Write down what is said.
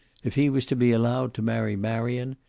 if he was to be allowed to marry marion,